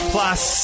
Plus